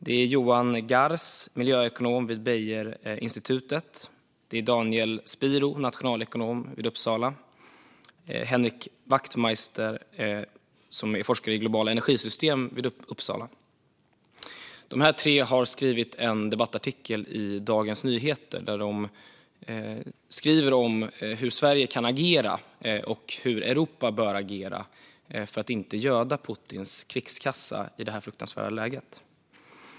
Det är Johan Gars, miljöekonom vid Beijerinstitutet, Daniel Spiro, nationalekonom vid Uppsala universitet och Henrik Wachtmeister, forskare i globala energisystem vid Uppsala universitet. Dessa tre har skrivit en debattartikel i Dagens Nyheter där de skriver om hur Sverige kan agera och hur Europa bör agera för att inte göda Putins krigskassa i det här fruktansvärda läget.